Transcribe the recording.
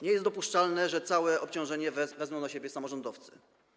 Nie jest dopuszczalne, aby całe obciążenie wzięli na siebie samorządowcy.